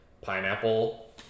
pineapple